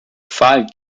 five